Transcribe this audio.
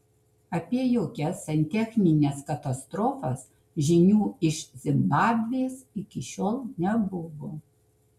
apie jokias santechnines katastrofas žinių iš zimbabvės iki šiol nebuvo